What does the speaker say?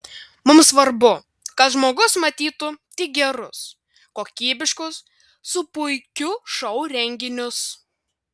mums svarbu kad žmogus matytų tik gerus kokybiškus su puikiu šou renginius